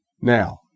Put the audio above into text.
Now